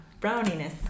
browniness